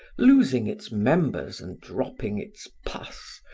losing its members and dropping its pus,